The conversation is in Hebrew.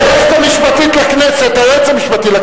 היועץ המשפטי לכנסת